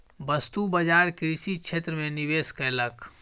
वस्तु बजार कृषि क्षेत्र में निवेश कयलक